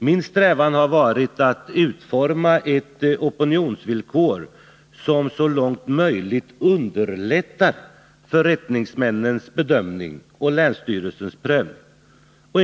Min strävan har varit att utforma ett opinionsvillkor som så långt det är möjligt underlättar förrättningsmännens bedömning och länsstyrelsens prövning.